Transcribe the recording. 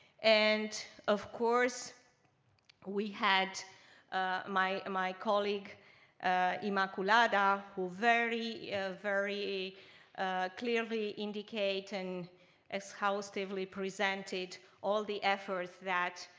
and of course we had my my colleague inmaculada who very ah very clearly indicate and exhaustively presented all the efforts that